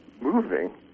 moving